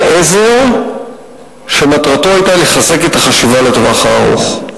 עזר שמטרתו היתה לחזק את החשיבה לטווח הארוך.